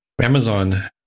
amazon